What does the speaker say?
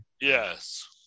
Yes